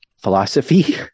philosophy